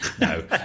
No